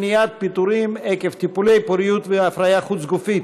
מניעת פיטורים עקב טיפולי פוריות והפריה חוץ-גופית),